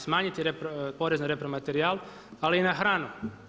Smanjiti porez na repromaterijal ali i na hranu.